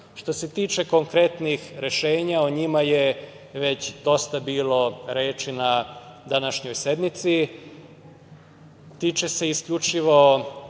što se tiče konkretnih rešenja, o njima je već dosta bilo reči na današnjoj sednici. Tiče se isključivo,